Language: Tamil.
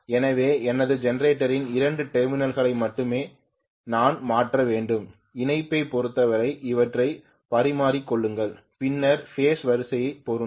எனவே எனது ஜெனரேட்டரின் இரண்டு டெர்மினல்களை மட்டுமே நான் மாற்ற வேண்டும் இணைப்பைப் பொருத்தவரை அவற்றை பரிமாறிக்கொள்ளுங்கள் பின்னர் பேஸ் வரிசை பொருந்தும்